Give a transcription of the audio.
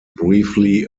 briefly